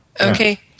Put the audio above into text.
Okay